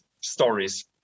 stories